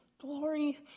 Glory